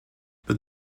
but